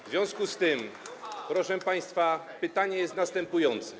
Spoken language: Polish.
W związku z tym, proszę państwa, pytanie jest następujące.